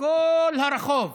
כל הרחוב,